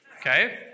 okay